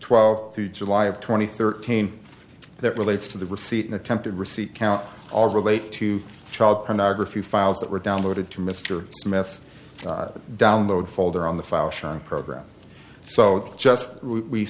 twelve through july of two thousand and thirteen that relates to the receipt and attempted receipt count all relate to child pornography files that were downloaded to mr smith's download folder on the file sharing program so just we